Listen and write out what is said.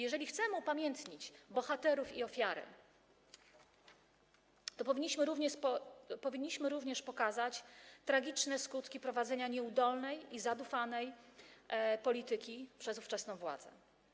Jeżeli chcemy upamiętnić bohaterów i ofiary, to powinniśmy również pokazać tragiczne skutki prowadzenia nieudolnej i zadufanej polityki przez ówczesną władzę.